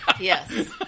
yes